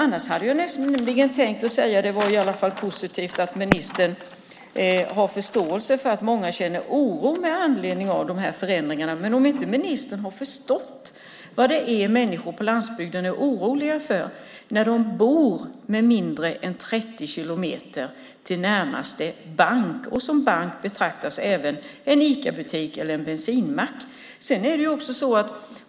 Jag hade annars tänkt säga att det i alla fall var positivt att ministern har förståelse för att många känner oro med anledning av dessa förändringar, men om ministern inte har förstått vad människor på landsbygden är oroliga för när de bor närmare än 30 kilometer till närmaste bank - som bank betraktas även en Icabutik eller bensinmack - kan jag inte säga det.